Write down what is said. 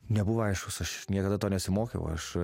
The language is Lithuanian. nebuvo aiškus aš niekada to nesimokiau aš